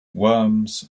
worms